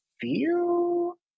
feel